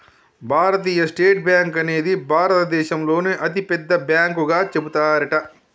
భారతీయ State Bank అనేది భారత దేశంలోనే అతి పెద్ద బ్యాంకు గా చెబుతారట